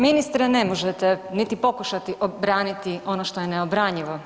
Ministre, ne možete niti pokušati obraniti ono što je neobranjivo.